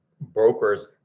brokers